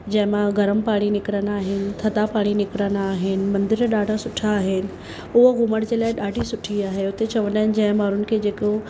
जंहिं मां गरमु पाणी निकिरंदा आहिनि थधा पाणी निकिरंदा आहिनि मंदर ॾाढा सुठा आहिनि उहो घुमण जे लाइ ॾाढी सुठी आहे हुते चवंदा आहिनि जंहिं माण्हुनि खे जेको